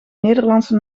nederlandse